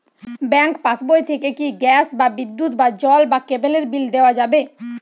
Bank পাশবই থেকে কি গ্যাস বা বিদ্যুৎ বা জল বা কেবেলর বিল দেওয়া যাবে?